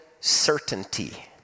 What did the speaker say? certainty